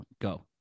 Go